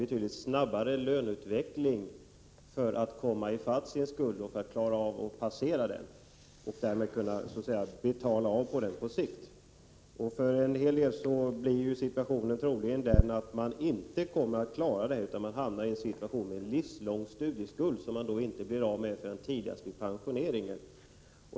Det behövs en snabb löneutveckling för att 27 maj 1988 vederbörande skall komma ifatt och passera den nivå som skuldbeloppet har — er di örhedat — och därmed betala av på skulden på sikt. För en hel del människor blir situationen troligen den att de inte kommer att klara av detta utan får en livslång studieskuld, som de inte blir av med förrän tidigast vid pensioneringen.